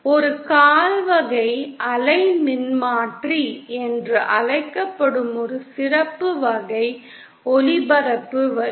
ஒரு கால் வகை அலை மின்மாற்றி என்று அழைக்கப்படும் ஒரு சிறப்பு வகை ஒலிபரப்பு வரி